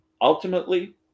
ultimately